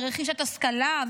רכישת השכלה,